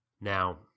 Now